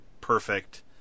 perfect